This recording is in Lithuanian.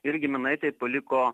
ir giminaitei paliko